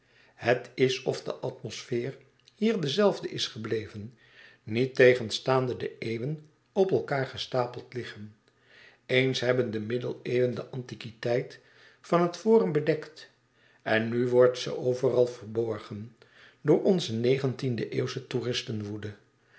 het is of de atmosfeer hier de zelfde is gebleven niettegenstaande de eeuwen op elkaâr gestapeld liggen eens hebben de middeneeuwen de antiquiteit van het forum bedekt en nu wordt ze overal verborgen door onze